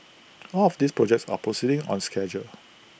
all of these projects are proceeding on schedule